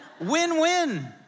Win-win